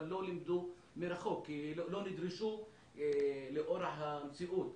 אבל לא לימדו מרחוק כי לא נדרשו לאור המציאות.